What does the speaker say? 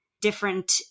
different